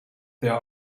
there